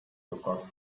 lookout